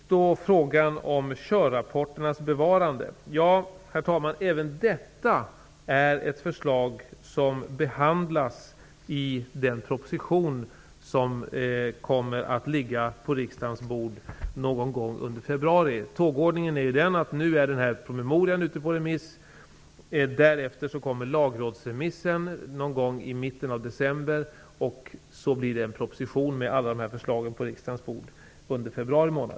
Även frågan om körrapporternas bevarande behandlas i den proposition som kommer att ligga på riksdagens bord någon gång under februari. Tågordningen är den, att promemorian nu är ute på remiss. Därefter kommer lagrådsremissen i mitten av december, och så läggs en proposition med alla dessa förslag fram på riksdagens bord under februari månad.